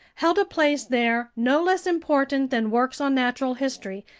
held a place there no less important than works on natural history,